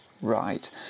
right